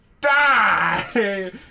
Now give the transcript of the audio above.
die